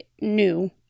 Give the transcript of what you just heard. new